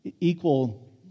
equal